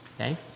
okay